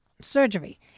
surgery